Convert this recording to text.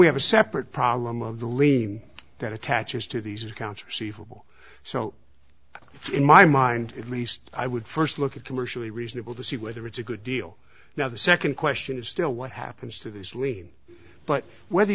we have a separate problem of the lien that attaches to these accounts receivable so in my mind at least i would first look at commercially reasonable to see whether it's a good deal now the second question is still what happens to those lean but whether